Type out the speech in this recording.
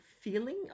feeling